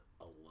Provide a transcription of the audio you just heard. alone